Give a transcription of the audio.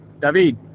David